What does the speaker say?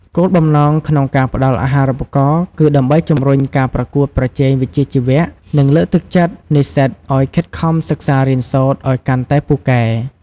គោលបំណងក្នុងការផ្ដល់អាហារូបករណ៍គឺដើម្បីជំរុញការប្រកួតប្រជែងវិជ្ជាជីវៈ និងលើកទឹកចិត្តនិស្សិតឱ្យខិតខំសិក្សារៀនសូត្រឱ្យកាន់តែពូកែ។